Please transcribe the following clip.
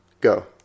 Go